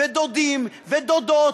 ודודים ודודות,